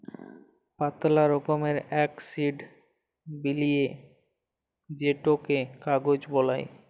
পাতলা রকমের এক শিট বলিয়ে সেটকে কাগজ বালাই